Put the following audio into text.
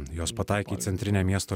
jos pataikė į centrinę miesto